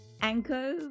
Anko